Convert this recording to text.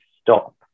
stop